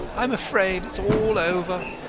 i'm afraid it's all over.